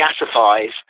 gasifies